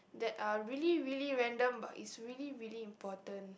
that are really really random but is really really important